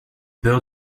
peur